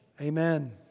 Amen